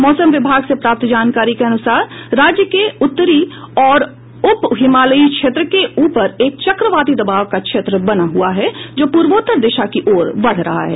मौसम विभाग से प्राप्त जानकारी के अनुसार राज्य के उत्तरी और उप हिमालयी क्षेत्र के ऊपर एक चक्रवाती दबाव का क्षेत्र बना हुआ है जो पूर्वोत्तर दिशा की ओर बढ़ रहा है